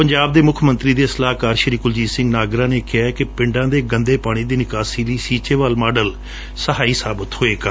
ਪੰਜਾਬ ਦੇ ਮੁੱਖ ਮੰਤਰੀ ਦੇ ਸਲਾਹਕਾਰ ਕੁਲਜੀਤ ਸਿੰਘ ਨਾਗਰਾ ਨੇ ਕਿਹੈ ਕਿ ਪਿੰਡਾ ਦੇ ਗੰਦੇ ਪਾਣੀ ਦੀ ਨਿਕਾਸੀ ਲਈ ਸੀਚੇਵਾਲ ਮਾਡਲ ਸਹਾਈ ਸਾਬਤ ਹੋਵੇਗਾ